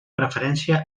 preferència